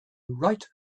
right